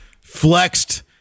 flexed